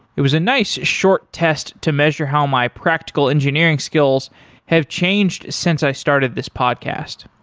it was a nice short test to measure how my practical engineering skills have changed since i started this podcast.